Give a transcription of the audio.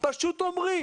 פשוט אומרים